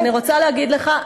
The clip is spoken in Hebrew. גברתי היושבת-ראש,